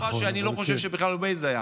זו הייתה תקופה שאני לא חושב שבכלל היה Waze.